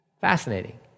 Fascinating